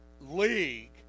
league